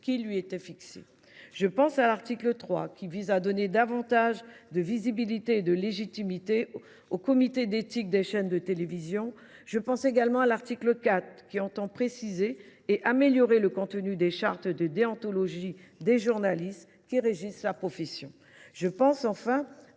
qui lui étaient fixés. Je pense à l’article 3, qui vise à donner davantage de visibilité et de légitimité aux comités d’éthique des chaînes de télévision. Je pense également à l’article 4, qui tend à préciser et à améliorer le contenu des chartes de déontologie des journalistes qui régissent la profession. Je pense enfin à